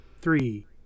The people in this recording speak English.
three